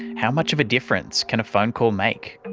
how much of a difference can a phone call make?